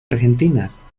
argentinas